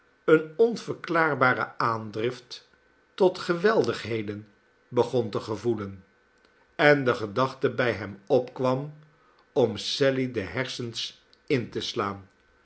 eene onverklaarbare aandrift tot geweldigheden begon te gevoelen en de gedachte bij hem opkwam om sally de hersens in te slaan